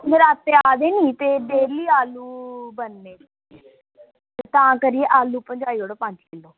नराते आ दे नि ते डेली आलूं बनने ते तां करियै आलूं पजाई उड़ो